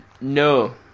no